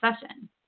session